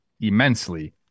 immensely